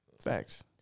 Facts